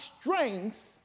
strength